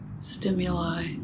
stimuli